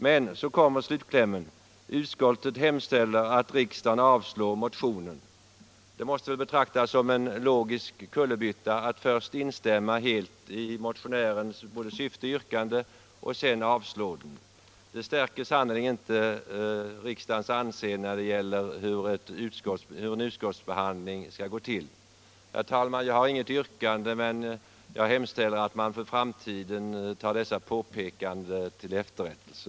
Men så kommer slutklämmen: ”Utskottet hemställer att riksdagen avslår motionen —---.” Det måste väl betraktas som en logisk kullerbytta att först helt instämma i både motionens syfte och dess yrkande och sedan avstyrka den. En sådan utskottsbehandling stärker sannerligen inte riksdagens anseende. Herr talman! Jag har inget yrkande, men jag hemställer att man för framtiden ställer sig dessa påpekanden till efterrättelse.